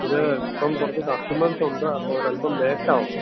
ഇത് ഇപ്പം കുറച്ച് കസ്റ്റമേഴ്സ് ഉണ്ട് അപ്പോൾ ഒരു അല്പം ലേറ്റ് ആവും